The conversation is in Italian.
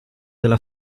della